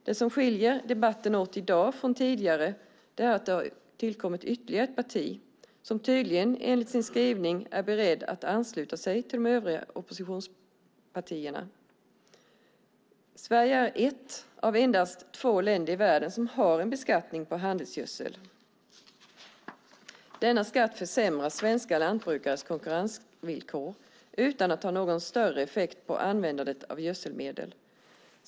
Det som skiljer debatten i dag från tidigare debatter är att det har tillkommit ytterligare ett parti som tydligen, enligt sin skrivning, är beredda att ansluta sig till de övriga oppositionspartierna. Sverige är ett av endast två länder i världen som har en beskattning av handelsgödsel. Denna skatt försämrar svenska lantbrukares konkurrensvillkor utan att ha någon större effekt på användandet av gödselmedel.